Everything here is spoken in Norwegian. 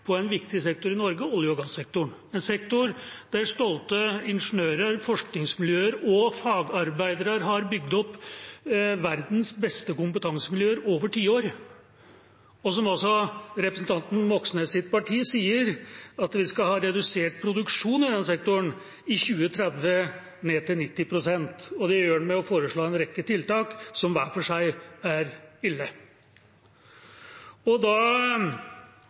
på en viktig sektor i Norge, nemlig olje- og gassektoren, en sektor der stolte ingeniører, forskningsmiljøer og fagarbeidere har bygd opp verdens beste kompetansemiljøer over tiår. Representanten Moxnes’ parti sier at vi skal ha redusert produksjon i den sektoren i 2030 – ned til 90 pst. – og det gjør de ved å foreslå en rekke tiltak som hver for seg er ille. Da